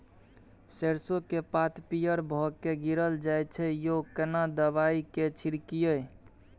सरसो के पात पीयर भ के गीरल जाय छै यो केना दवाई के छिड़कीयई?